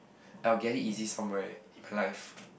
I'll get it easy somewhere in my life